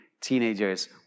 teenagers